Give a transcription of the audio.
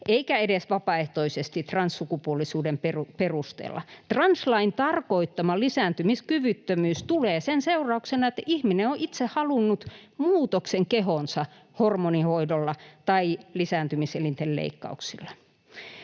eikä edes vapaaehtoisesti transsukupuolisuuden perusteella. Translain tarkoittama lisääntymiskyvyttömyys tulee sen seurauksena, että ihminen on itse halunnut muutoksen kehoonsa hormonihoidolla tai lisääntymiselinten leikkauksilla.